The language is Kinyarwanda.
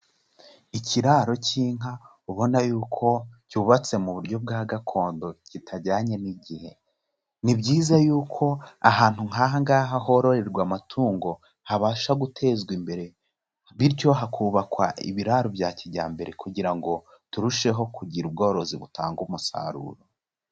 Ikiraro cy'inka ubona yuko cyubatse mu buryo bwa gakondo kitajyanye n'igihe, ni byiza yuko ahantu nk'aha ngaha hororerwa amatungo habasha gutezwa imbere, bityo hakubakwa ibiraro bya kijyambere kugira ngo turusheho kugira ubworozi butanga umusaruro.